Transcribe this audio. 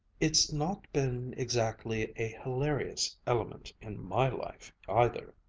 it's not been exactly a hilarious element in my life either.